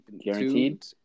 guaranteed